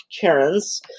Karens